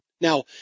Now